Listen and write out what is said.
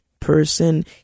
person